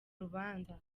rubanza